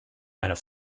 meiner